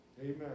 Amen